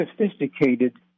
sophisticated